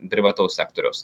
privataus sektoriaus